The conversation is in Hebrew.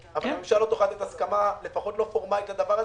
אבל הממשלה לא תוכל לתת הסכמה פורמלית לדבר הזה,